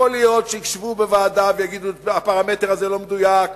יכול להיות שישבו בוועדה ויגידו: הפרמטר הזה לא מדויק,